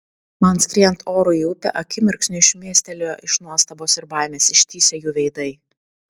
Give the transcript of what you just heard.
man skriejant oru į upę akimirksniui šmėstelėjo iš nuostabos ir baimės ištįsę jų veidai